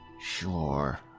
Sure